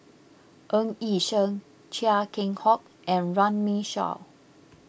Ng Yi Sheng Chia Keng Hock and Runme Shaw